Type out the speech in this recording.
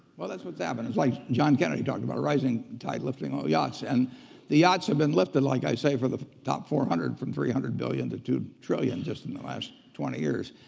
well that's what's happened. it's like john kennedy talked about, a rising tide lifting all yachts. and the yachts have been lifted like i say for the top four hundred from three hundred billion dollars to two trillion just in the last twenty years.